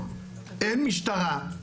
אין משטרה,